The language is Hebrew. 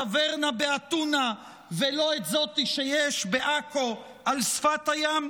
טברנה באתונה ולא את זאת שיש בעכו על שפת הים?